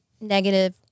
negative